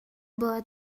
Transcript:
была